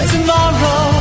tomorrow